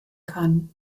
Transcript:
kann